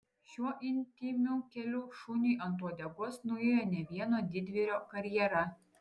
šiuo intymiu keliu šuniui ant uodegos nuėjo ne vieno didvyrio karjera